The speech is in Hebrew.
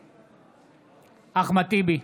נגד אחמד טיבי,